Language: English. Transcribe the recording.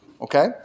Okay